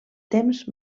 temps